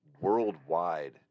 worldwide